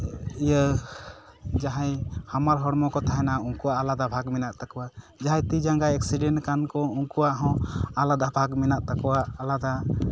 ᱤᱭᱟᱹ ᱡᱟᱦᱟᱸᱭ ᱦᱟᱢᱟᱞ ᱦᱚᱲᱢᱚ ᱠᱚ ᱛᱟᱦᱮᱱᱟ ᱩᱱᱠᱩᱣᱟᱜ ᱟᱞᱟᱫᱟ ᱵᱷᱟᱜ ᱢᱮᱱᱟᱜ ᱛᱟᱠᱚᱣᱟ ᱡᱟᱦᱟᱸᱭ ᱛᱤ ᱡᱟᱝᱜᱟᱭ ᱮᱠᱥᱤᱰᱮᱱᱴ ᱠᱟᱱ ᱠᱚ ᱩᱱᱠᱩᱣᱟᱜ ᱦᱚᱸ ᱟᱞᱟᱫᱟ ᱵᱷᱟᱜ ᱢᱮᱱᱟᱜ ᱛᱟᱠᱚᱣᱟ ᱟᱞᱟᱫᱟ